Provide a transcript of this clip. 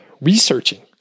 researching